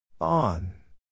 On